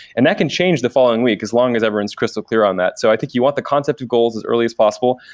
and that can change the following week as long as everyone's rinse crystal clear on that. so i think you want the concept of goals as early as possible.